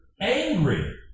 Angry